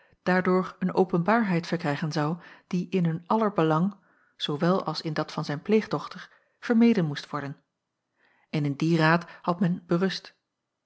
daardoor een openbaarheid verkrijgen zou die in hun aller belang zoowel als in dat van zijn pleegdochter vermeden moest worden en in dien raad had men berust